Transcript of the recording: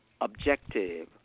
objective